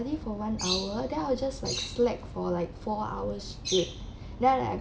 for one hour then I will just like slack for like four hours with then I